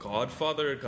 Godfather